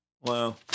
Wow